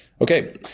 Okay